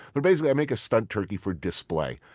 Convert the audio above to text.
but, basically, i make a stunt turkey for display.